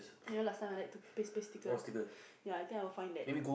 you know last time I like to paste paste sticker ya I think I will find that